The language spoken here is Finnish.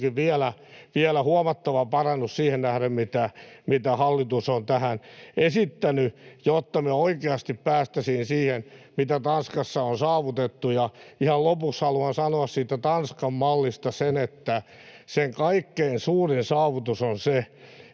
on kuitenkin vielä huomattava parannus siihen nähden, mitä hallitus on tähän esittänyt — jotta me oikeasti päästäisiin siihen, mitä Tanskassa on saavutettu. Ihan lopuksi haluan sanoa siitä Tanskan mallista sen, että sen kaikkein suurin saavutus on se,